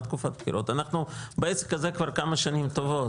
אנחנו בעסק הזה כבר כמה שנים טובות.